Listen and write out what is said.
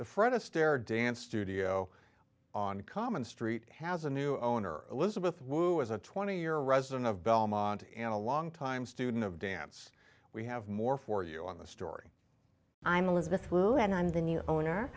the fred astaire dance studio on common street has a new owner elizabeth was a twenty year resident of belmont in a long time student of dance we have more for you on this story i'm elizabeth lou and i'm the new owner